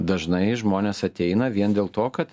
dažnai žmonės ateina vien dėl to kad